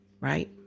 right